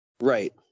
Right